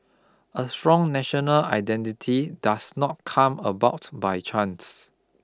a strong national identity does not come about by chance